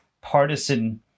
partisan